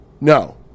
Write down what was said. No